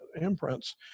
imprints